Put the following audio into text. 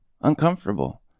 Uncomfortable